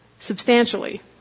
substantially